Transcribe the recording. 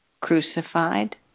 crucified